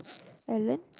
ellen